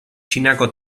txinako